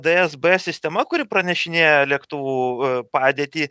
dsb sistema kuri pranešinėja lėktuvų padėtį